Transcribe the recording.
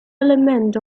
element